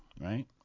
right